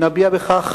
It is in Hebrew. כדי שנביע בכך